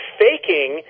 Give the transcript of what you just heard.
faking